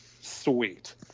sweet